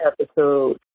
episode